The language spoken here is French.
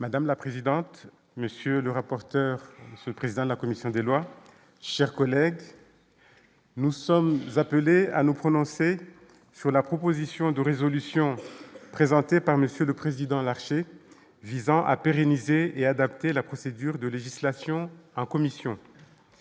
Madame la présidente, monsieur le rapporteur, ce président de la commission des lois, chers collègues, nous sommes appelés à nous prononcer sur la proposition de résolution présentée par Monsieur le Président, Larché visant à pérenniser et adapter la procédure de législation en commission,